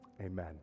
amen